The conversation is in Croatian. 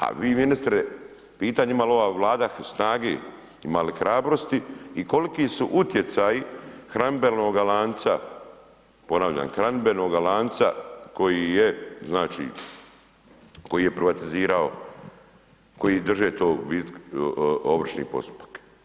A vi ministre pitanje ima li ova Vlada snage, ima li hrabrosti i koliki su utjecaji hranidbenoga lanca, ponavljam hranidbenoga lanca koji je znači, koji je privatizirao, koji drže to ovršni postupak.